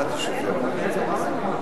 השר צריך להגיד שהוא מסכים.